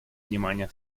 внимание